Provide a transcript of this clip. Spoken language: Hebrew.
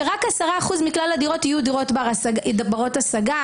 שרק 10% מכלל הדירות יהיו דירות בנות השגה,